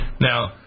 Now